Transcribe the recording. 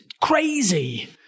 crazy